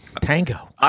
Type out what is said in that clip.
Tango